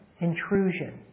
intrusion